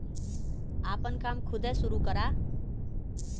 आपन काम खुदे सुरू करा